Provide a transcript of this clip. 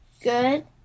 Good